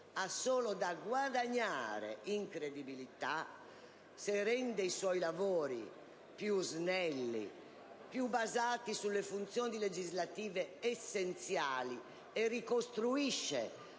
solo da guadagnare in credibilità rendendo i suoi lavori più snelli e più basati sulle funzioni legislative essenziali e ricostruendo